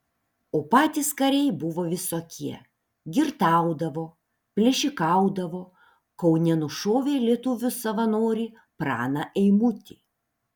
o patys kariai buvo visokie girtaudavo plėšikaudavo kaune nušovė lietuvių savanorį praną eimutį